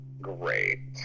Great